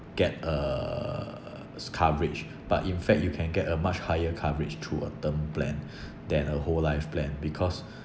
get a s~ coverage but in fact you can get a much higher coverage through a term plan than a whole life plan because